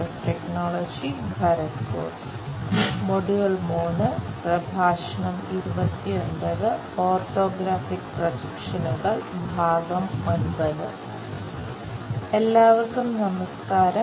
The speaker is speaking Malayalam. ഓർത്തോഗ്രാഫിക് പ്രൊജക്ഷനുകൾ I എല്ലാവർക്കും നമസ്ക്കാരം